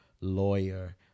lawyer